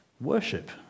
worship